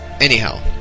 Anyhow